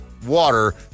water